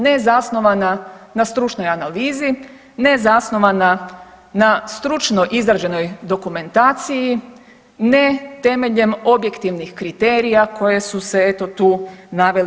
Ne zasnovana na stručnoj analizi, ne zasnovana na stručno izrađenoj dokumentaciji, ne temeljem objektivnih kriterija koje su se eto tu naveli.